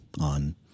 on